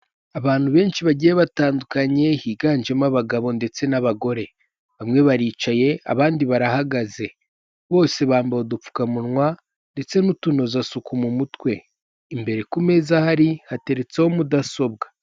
Abantu benshi bagiye batandukanye, higanjemo abagabo ndetse n'abagore, bamwe baricaye abandi barahagaze, bose bambaye udupfukamunwa ndetse n'utunoza suku mu mutwe, imbere ku meza bari hateretseho mudasobwa.